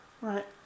right